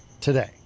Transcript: today